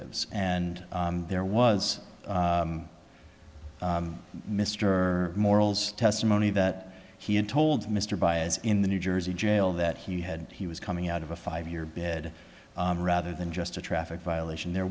is and there was mr morals testimony that he had told mr baez in the new jersey jail that he had he was coming out of a five year bed rather than just a traffic violation there